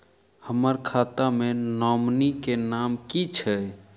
हम्मर खाता मे नॉमनी केँ नाम की छैय